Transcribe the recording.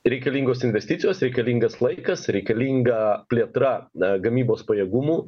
reikalingos investicijos reikalingas laikas reikalinga plėtra a gamybos pajėgumų